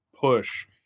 push